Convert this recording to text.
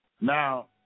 Now